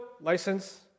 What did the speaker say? license